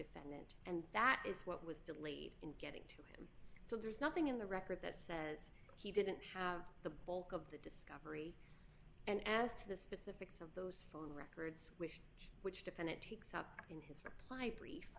defendant and that is what was delayed in getting to it so there's nothing in the record that says he didn't have the bulk of the discovery and as to the specifics of those phone records which which definite takes up in his reply brief